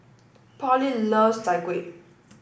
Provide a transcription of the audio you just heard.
Parley loves Chai Kuih